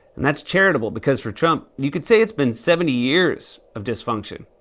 and that's charitable, because for trump, you could say it's been seventy years of dysfunction.